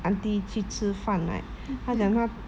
auntie 去吃饭 right 她讲她